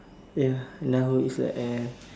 ya na hu is like air